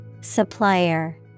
Supplier